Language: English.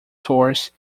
source